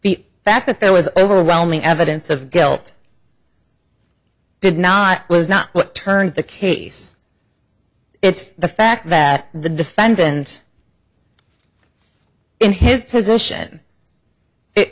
the fact that there was overwhelming evidence of guilt did not was not turned the case it's the fact that the defendant in his position it